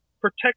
protect